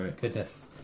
Goodness